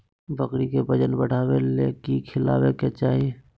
बकरी के वजन बढ़ावे ले की खिलाना चाही?